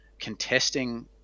contesting